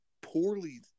poorly